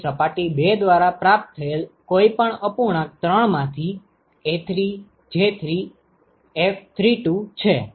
તેથી સપાટી 2 દ્વારા પ્રાપ્ત થયેલ કોઈપણ અપૂર્ણાંક 3 માંથી A3J3F32 છે